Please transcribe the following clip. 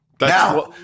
Now